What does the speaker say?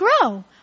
grow